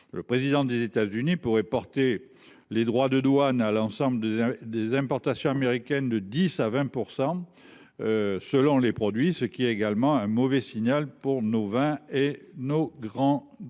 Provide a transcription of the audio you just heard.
Le président des États Unis pourrait porter les droits de douane sur l’ensemble des importations à un taux de 10 % à 20 % selon les produits, ce qui est également un mauvais signal pour nos vins et nos grands crus.